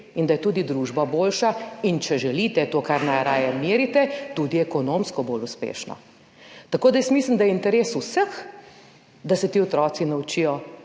in da je tudi družba boljša, in če želite, to, kar najraje merite, tudi ekonomsko bolj uspešna. Tako da mislim, da je interes vseh, da se ti otroci naučijo